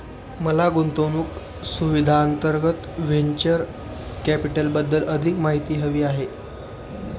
मला गुंतवणूक सुविधांअंतर्गत व्हेंचर कॅपिटलबद्दल अधिक माहिती हवी आहे